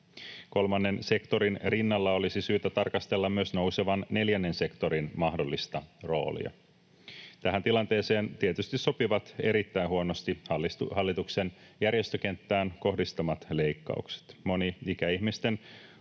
Kolmannen sektorin rinnalla olisi syytä tarkastella myös nousevan neljännen sektorin mahdollista roolia. Tähän tilanteeseen tietysti sopivat erittäin huonosti hallituksen järjestökenttään kohdistamat leikkaukset.